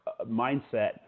mindset